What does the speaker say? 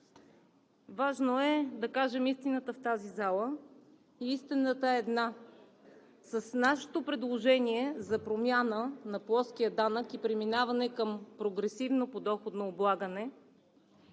Важно е да кажем истината в тази зала и истината е една: с нашето предложение за промяна на плоския данък и преминаване към прогресивно подоходно облагане